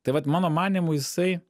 tai vat mano manymu jisai